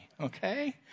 okay